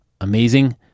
amazing